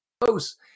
close